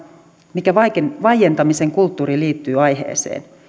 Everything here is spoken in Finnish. mikä vaientamisen kulttuuri liittyy aiheeseen